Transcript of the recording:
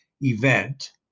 event